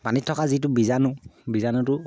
পানীত থকা যিটো বীজাণু বীজাণুটো